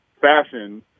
fashion